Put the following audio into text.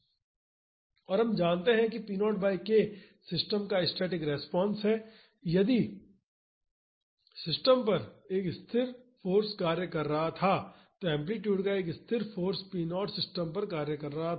और हम जानते हैं कि p0 बाई k सिस्टम का स्टैटिक रिस्पांस है यदि सिस्टम पर एक स्थिर फाॅर्स कार्य कर रहा था तो एम्पलीटूड का एक स्थिर फाॅर्स p0 सिस्टम पर कार्य कर रहा था